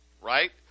right